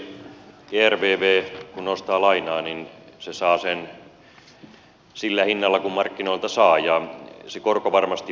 kun ervv nostaa lainaa se saa sen sillä hinnalla kuin markkinoilta saa ja se korko varmasti vaihtelee